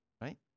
right